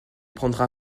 prendra